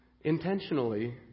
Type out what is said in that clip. intentionally